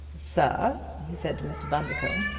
sir, he said to mr. bundercombe,